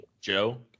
Joe